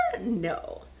No